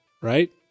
right